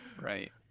right